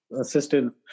assistant